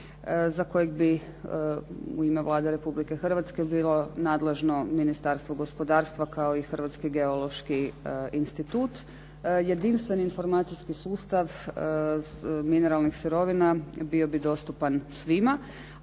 za kojeg bi u ime Vlade Republike Hrvatske bilo nadležno Ministarstvo gospodarstva kao i Hrvatski geološki institut. Jedinstveni informacijski sustav mineralnih sirovina bio bi dostupan svima